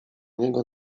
niego